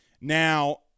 Now